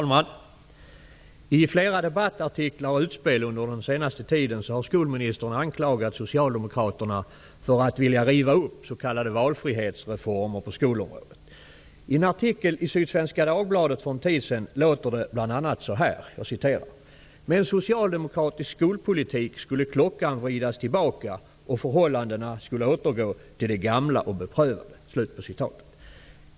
Herr talman! I flera debattartiklar och utspel under den senaste tiden har skolministern anklagat Socialdemokraterna för att vilja riva upp s.k. Sydsvenska dagbladet för en tid sedan sägs bl.a.:''Med socialdemokratisk skolpolitik skulle klockan vridas tillbaka och förhållandena skulle återgå till det gamla och beprövade.''